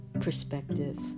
perspective